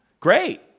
Great